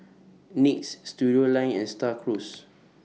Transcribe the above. NYX Studioline and STAR Cruise